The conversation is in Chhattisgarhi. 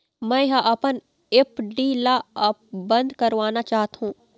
मै ह अपन एफ.डी ला अब बंद करवाना चाहथों